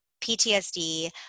PTSD